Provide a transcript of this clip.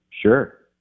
Sure